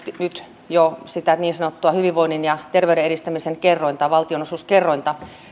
nyt jo ollaan suunniteltu sitä niin sanottua hyvinvoinnin ja terveyden edistämisen kerrointa valtionosuuskerrointa